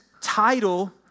title